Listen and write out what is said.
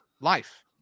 life